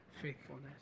faithfulness